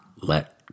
let